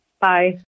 Bye